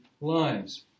lives